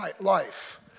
life